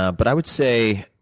ah but i would say